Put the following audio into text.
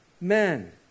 men